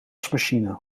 wasmachine